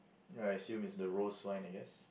I assume it's the rose wine I guess